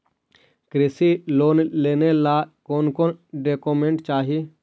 कृषि लोन लेने ला कोन कोन डोकोमेंट चाही?